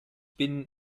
bin